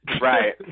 Right